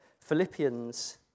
Philippians